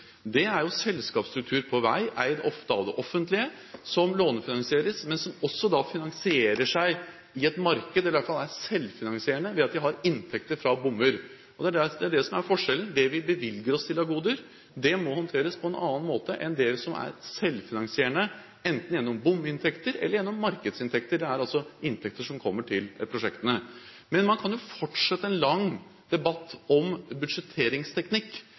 Det er selskapsstruktur for vei, ofte eid av det offentlige, som lånefinansieres, men som også finansierer seg i et marked – eller er selvfinansierende – ved at de har inntekter fra bommer. Det er det som er forskjellen. Det vi bevilger oss av goder, må håndteres på en annen måte enn det som er selvfinansierende – enten gjennom bominntekter eller gjennom markedsinntekter. Dette er altså inntekter som kommer til prosjektene. Man kan jo fortsette en lang debatt om budsjetteringsteknikk,